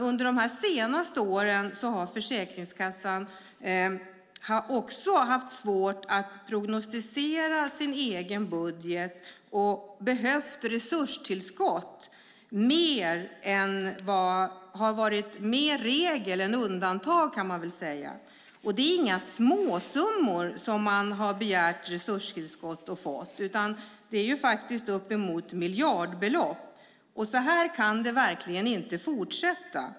Under de senaste åren har Försäkringskassan haft svårt att prognostisera sin egen budget, och resurstillskott har varit mer regel än undantag. Det är inga småsummor som man har begärt och fått i resurstillskott, utan det är uppemot miljardbelopp. Så kan det inte fortsätta.